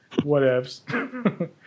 whatevs